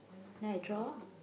then I draw ah